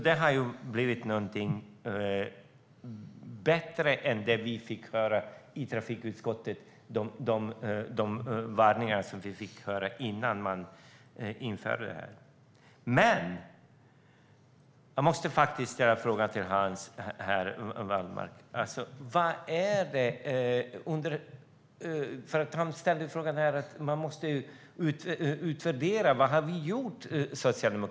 Där har det blivit bättre än vad man varnade oss i trafikutskottet för innan gränskontrollerna infördes. Hans Wallmark säger att man måste utvärdera vad vi socialdemokrater har gjort.